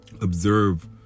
observe